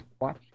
watch